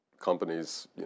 companies